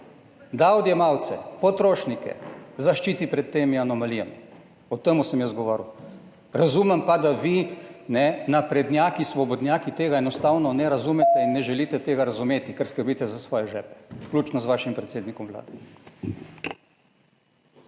da odjemalce, potrošnike zaščiti pred temi anomalijami. O tem sem jaz govoril. Razumem pa, da vi naprednjaki, svobodnjaki tega enostavno ne razumete in ne želite tega razumeti, ker skrbite za svoje žepe, vključno z vašim predsednikom Vlade.